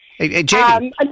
Jamie